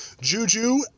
Juju